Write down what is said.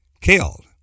killed